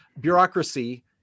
bureaucracy